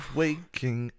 waking